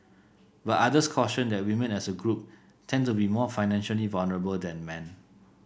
but others cautioned that women as a group tend to be more financially vulnerable than men